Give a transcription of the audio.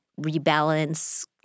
rebalance